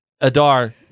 Adar